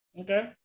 Okay